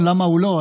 למה הוא לא?